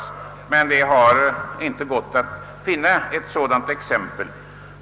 Det har emellertid inte gått att finna ett sådant exempel.